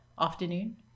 afternoon